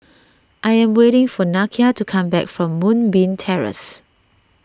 I am waiting for Nakia to come back from Moonbeam Terrace